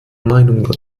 meinung